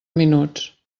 minuts